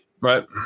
Right